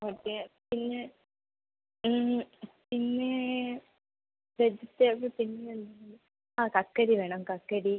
okay പിന്നെ പിന്നെ vegetable പിന്നെ എന്താണ് ആ കക്കരി വേണം കക്കരി